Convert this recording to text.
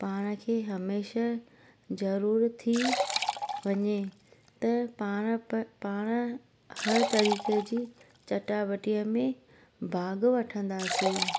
पाण खे हमेशा ज़रूरु थी वञे त पाण पाण हर तरीक़े जी चटाबेटीअ में भाॻु वठंदासीं